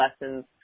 lessons